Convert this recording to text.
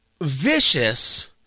vicious